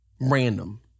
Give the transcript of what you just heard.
Random